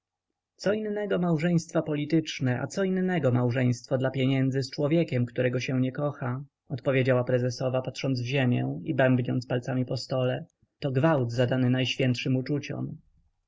co innego małżeństwa polityczne a co innego małżeństwo dla pieniędzy z człowiekiem którego się nie kocha odpowiedziała prezesowa patrząc w ziemię i bębniąc palcami po stole to gwałt zadany najświętszym uczuciom